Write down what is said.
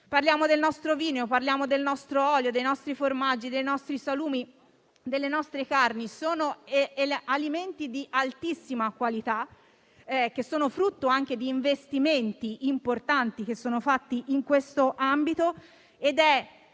Parliamo del nostro vino, del nostro olio, dei nostri formaggi, dei nostri salumi delle nostre carni. Alimenti di altissima qualità, che sono frutto anche di investimenti importanti fatti in questo ambito.